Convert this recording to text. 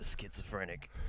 schizophrenic